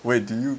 wait do you